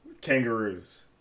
Kangaroos